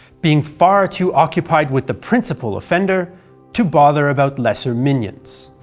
being far too occupied with the principal offender to bother about lesser minions.